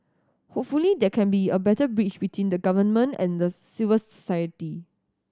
hopefully there can be a better bridge between the Government and civil society